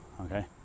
okay